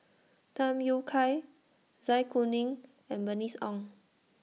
Tham Yui Kai Zai Kuning and Bernice Ong